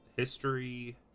History